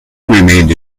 remained